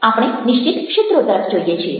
આપણે નિશ્ચિત ક્ષેત્રો તરફ જોઈએ છીએ